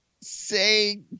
say